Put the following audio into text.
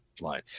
line